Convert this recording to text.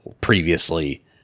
previously